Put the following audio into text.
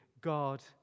God